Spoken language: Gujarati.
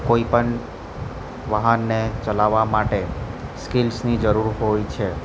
કોઈ પણ વાહનને ચલાવવા માટે સ્કિલ્સની જરૂર હોય છે